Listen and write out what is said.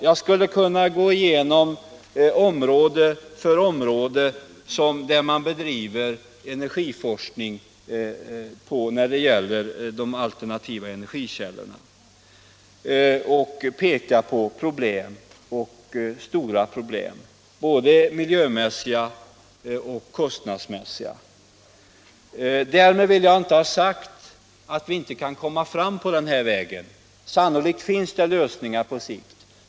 Jag skulle kunna gå igenom område efter område, där man bedriver energiforskning om alternativa energikällor, och peka på stora problem från både miljöoch kostnadssynpunkt. Därmed vill jag inte ha sagt att vi inte kan komma fram på den här vägen. Sannolikt finns det lösningar på sikt.